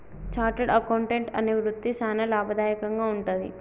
chartered accountant అనే వృత్తి సానా లాభదాయకంగా వుంటది